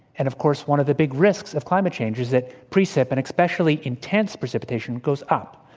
and, of course, one of the big risks of climate change is that precip and, especially, intense precipitation goes up.